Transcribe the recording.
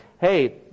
Hey